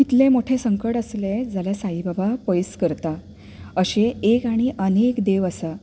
कितलें मोटे संकट आसलें जाल्यार साईबाबा पयस करता अशें एक आनी अनेक देव आसात